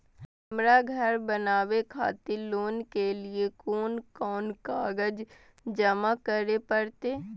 हमरा घर बनावे खातिर लोन के लिए कोन कौन कागज जमा करे परते?